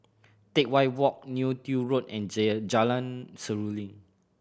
Teck Whye Walk Neo Tiew Road and Jalan Seruling